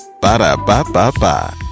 Ba-da-ba-ba-ba